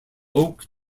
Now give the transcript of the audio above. oak